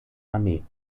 armee